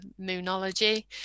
moonology